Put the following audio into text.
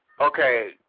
okay